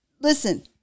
listen